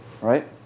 Right